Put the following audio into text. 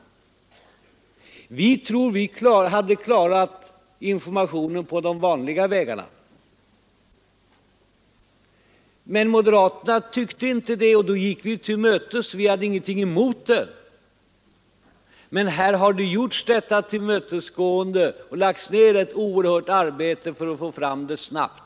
Vi tror att vi hade klarat informationen på de vanliga vägarna, men moderaterna tyckte inte detta, och då gick vi dem till mötes. Här har vi alltså visat detta tillmötesgående, och det har nedlagts ett oerhört arbete för att snabbt få fram ett resultat.